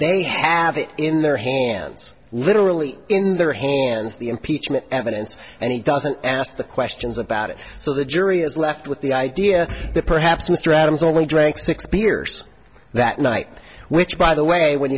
they have in their hands literally in their hands the impeachment evidence and he doesn't ask the questions about it so the jury is left with the idea that perhaps mr adams only drank six beers that night which by the way when